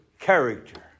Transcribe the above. character